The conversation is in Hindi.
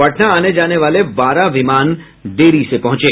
पटना आने जाने वाले बारह विमान देरी से पहुंचे